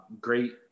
great